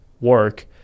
work